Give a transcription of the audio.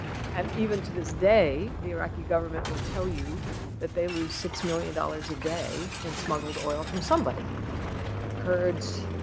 and even to this day, the iraqi government will tell you that they lose six million dollars a day in smuggled oil from somebody kurds,